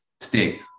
stick